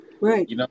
Right